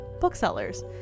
booksellers